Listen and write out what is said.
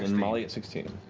and molly at sixteen.